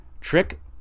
Trick